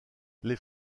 les